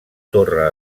torre